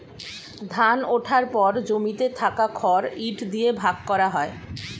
ধান ওঠার পর জমিতে থাকা খড় ইট দিয়ে ভাগ করা হয়